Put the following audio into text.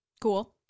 Cool